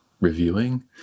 reviewing